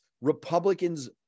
Republicans